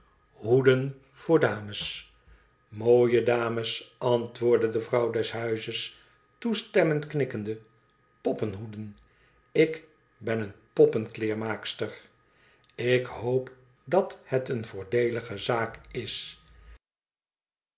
hoeden voor dames mooie dames antwoordde de vrouw des huizes toestemmend knikkende poppenhoeden ik ben poppen kleermaakster lik hoop dat het eene voordeelige zaak is